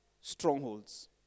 strongholds